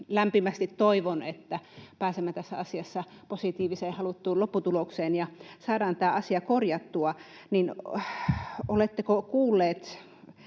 lämpimästi toivon, että pääsemme tässä asiassa positiiviseen, haluttuun lopputulokseen ja saadaan tämä asia korjattua, niin oletteko kuullut